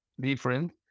different